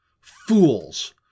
fools